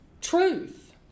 Truth